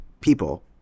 people